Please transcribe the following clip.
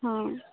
ହଁ